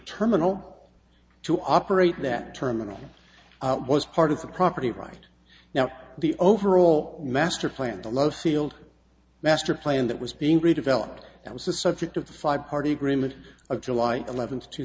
terminal to operate that terminal was part of the property right now the overall master plan the love field master plan that was being redeveloped that was the subject of the five party agreement of july eleventh two